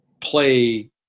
play